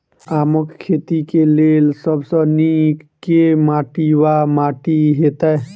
आमक खेती केँ लेल सब सऽ नीक केँ माटि वा माटि हेतै?